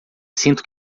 sinto